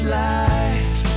life